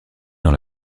dans